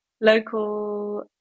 local